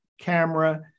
camera